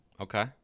Okay